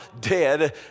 dead